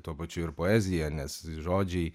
tuo pačiu ir poezija nes žodžiai